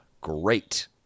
great